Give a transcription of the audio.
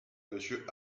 monsieur